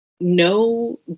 no